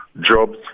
jobs